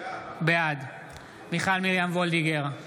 בעד מיכל מרים וולדיגר,